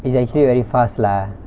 it's actually very fast lah